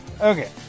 Okay